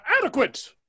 adequate